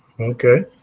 Okay